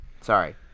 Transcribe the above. Sorry